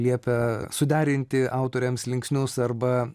liepia suderinti autoriams linksnius arba